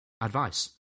advice